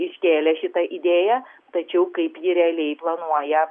iškėlė šitą idėją tačiau kaip ji realiai planuoja